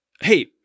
Hey